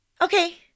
Okay